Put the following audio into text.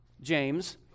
James